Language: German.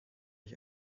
ich